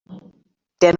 der